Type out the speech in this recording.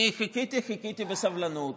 אני חיכיתי, חיכיתי בסבלנות